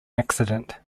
accident